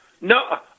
no